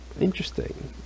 Interesting